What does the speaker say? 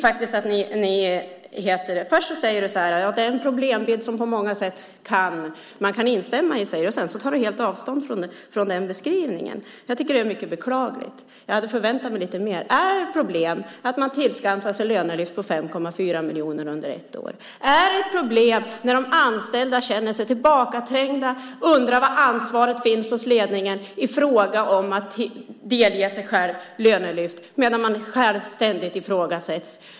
Först säger du att det är en problembild som man på många sätt kan instämma i. Men sedan tar du helt avstånd från beskrivningen. Jag tycker att det är mycket beklagligt. Jag hade förväntat mig lite mer. Är det ett problem att man tillskansar sig lönelyft på 5,4 miljoner under ett år? Är det ett problem att de anställda känner sig tillbakaträngda och undrar var ledningens ansvar finns i fråga om att ge sig själv lönelyft medan andra ständigt ifrågasätts?